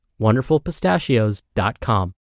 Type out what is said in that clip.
WonderfulPistachios.com